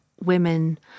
women